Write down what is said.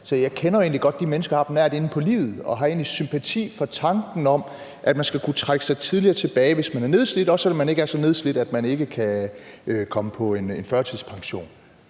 Så jeg kender egentlig godt de mennesker og har dem nært inde på livet, og jeg har egentlig sympati for tanken om, at man skal kunne trække sig tidligere tilbage, hvis man er nedslidt. Også selv om man ikke er så nedslidt, at man ikke kan komme på en førtidspension.